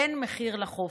אין מחיר לחופש,